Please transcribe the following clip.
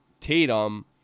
Tatum